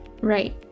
Right